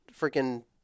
freaking –